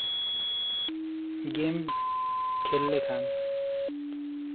ᱜᱮᱢ ᱠᱷᱮᱞ ᱞᱮᱠᱷᱟᱱ